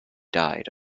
died